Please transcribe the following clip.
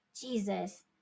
Jesus